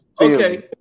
okay